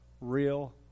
real